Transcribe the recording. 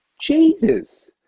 Jesus